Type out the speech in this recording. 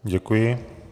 Děkuji.